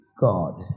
God